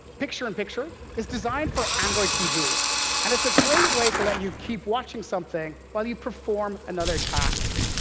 picture-in-picture, is designed for android tv and it's a great way to let you keep watching something while you perform another task.